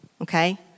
okay